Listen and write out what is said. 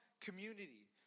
community